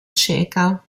cieca